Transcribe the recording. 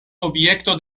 objekto